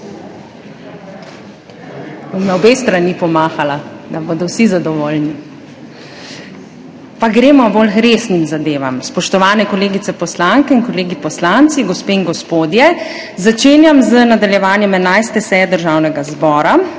na obe strani, da bodo vsi zadovoljni. Pa gremo k bolj resnim zadevam. Spoštovane kolegice poslanke in kolegi poslanci, gospe in gospodje! Začenjam nadaljevanje 11. seje Državnega zbora.